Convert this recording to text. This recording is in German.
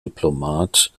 diplomat